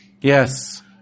Yes